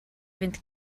fynd